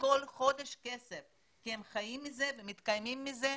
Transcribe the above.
כסף כל חודש כי הם חיים מזה ומתקיימים מזה,